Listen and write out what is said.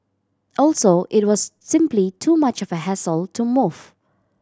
also it was simply too much of a hassle to move